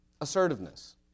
assertiveness